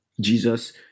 Jesus